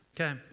Okay